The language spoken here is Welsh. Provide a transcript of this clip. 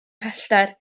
pellter